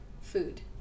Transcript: food